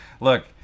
Look